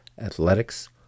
athletics